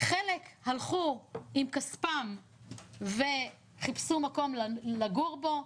חלק הלכו עם כספם וחיפשו מקום לגור בו,